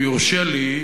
אם יורשה לי,